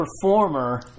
performer